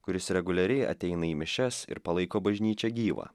kuris reguliariai ateina į mišias ir palaiko bažnyčią gyvą